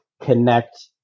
connect